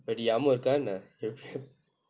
but ஞாபகம் இருக்கா என்ன:ngabakam irukkaa enna